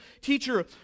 Teacher